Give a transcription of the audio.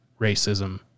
racism